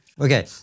Okay